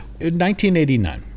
1989